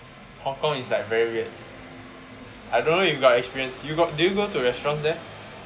Hong-Kong is like very weird I don't know if you got experience you got do you go to restaurants there